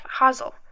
Hazel